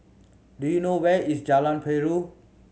do you know where is Jalan Perahu